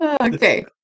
Okay